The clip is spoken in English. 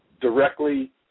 directly